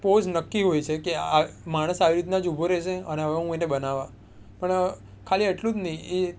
pose નક્કી હોય છે કે આ માણસ આવી રીતના જ ઊભો રહેશે અને હવે હું એને બનાવા પણ ખાલી એટલું જ નહીં એ